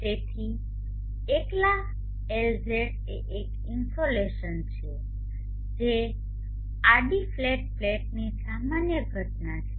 તેથી એકલા LZ એ એક ઇન્સોલેશન છે જે આડી ફ્લેટ પ્લેટની સામાન્ય ઘટના છે